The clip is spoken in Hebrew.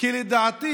כי לדעתי